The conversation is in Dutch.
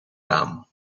raam